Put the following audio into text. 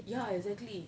ya exactly